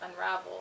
unravel